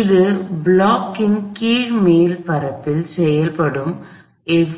இது பிளாக் இன் கீழ் மேற்பரப்பில் செயல்படும்